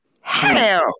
Hell